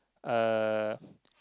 uh